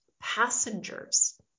passengers